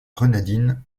grenadines